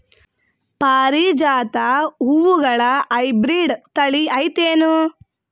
ಪಾರಿಜಾತ ಹೂವುಗಳ ಹೈಬ್ರಿಡ್ ಥಳಿ ಐತೇನು?